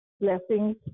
blessings